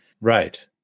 right